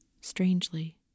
strangely